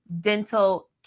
dental